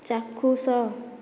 ଚାକ୍ଷୁଷ